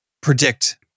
predict